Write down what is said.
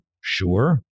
Sure